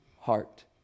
heart